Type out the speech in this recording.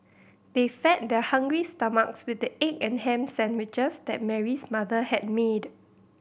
they fed their hungry stomachs with the egg and ham sandwiches that Mary's mother had made